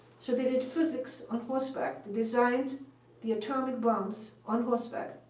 so they did physics on horseback. they designed the atomic bombs on horseback,